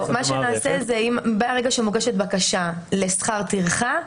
ברגע שמוגשת בקשה לשכר טרחה,